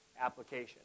application